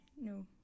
no